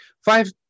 Five